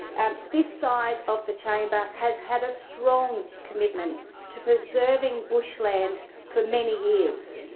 and this side of the chamber has had a strong commitment to preserving bushland for many years.